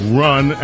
run